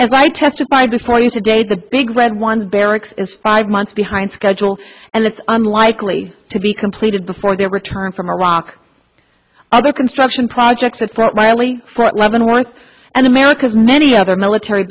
as i testified before you today the big red one barracks is five months behind schedule and it's unlikely to be completed before their return from iraq either construction projects that from miley leavenworth and america's many other military